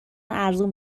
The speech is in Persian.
ارزون